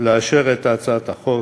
לאשר את הצעת החוק